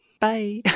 Bye